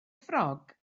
ffrog